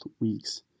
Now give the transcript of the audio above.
weeks